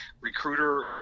recruiter